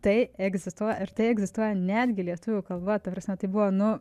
tai egzistuoja ir tai egzistuoja netgi lietuvių kalba ta prasme tai buvo nu